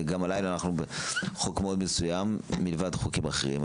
וגם הלילה אנחנו בחוק מאוד מסוים מלבד חוקים אחרים.